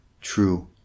true